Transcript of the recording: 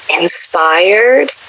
inspired